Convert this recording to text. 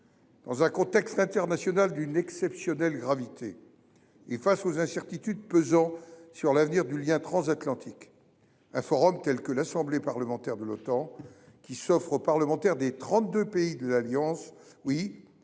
Dans un contexte international d’une exceptionnelle gravité, et face aux incertitudes pesant sur l’avenir du lien transatlantique, un forum tel que l’Assemblée parlementaire de l’Otan, qui offre aux parlementaires des 32 pays de l’Alliance un